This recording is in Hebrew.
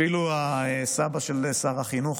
אפילו הסבא של שר החינוך,